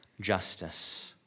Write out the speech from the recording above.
justice